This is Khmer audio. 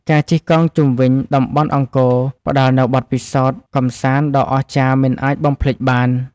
ការជិះកង់ជុំវិញតំបន់អង្គរ ផ្តល់នូវបទពិសោធន៍កម្សាន្តដ៏អស្ចារ្យមិនអាចបំភ្លេចបាន។